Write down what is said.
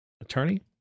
attorney